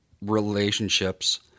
relationships